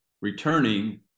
returning